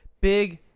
big